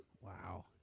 Wow